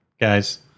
guys